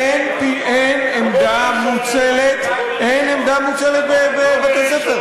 אין עמדה מוצלת, אין עמדה מוצלת בבתי-הספר.